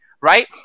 right